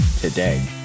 today